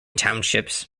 townships